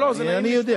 לא לא, נעים לשמוע.